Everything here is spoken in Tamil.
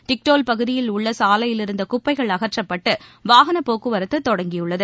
டிக்டோல் பகுதியில் உள்ள சாலையிலிருந்த குப்பைகள் அகற்றப்பட்டு வாகன போக்குவரத்து தொடங்கியுள்ளது